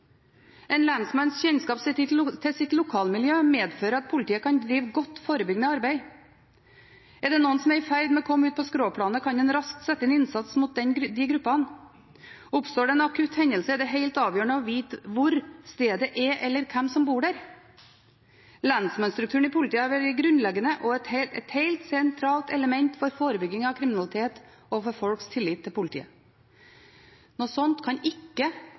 En lensmanns kjennskap til sitt lokalmiljø medfører at politiet kan drive godt forebyggende arbeid. Er det noen som er i ferd med å komme ut på skråplanet, kan en raskt sette inn innsats mot de gruppene. Oppstår det en akutt hendelse, er det helt avgjørende å vite hvor stedet er, eller hvem som bor der. Lensmannsstrukturen i politiet har vært grunnleggende og et helt sentralt element for forebygging av kriminalitet og for folks tillit til politiet. Noe slikt kan ikke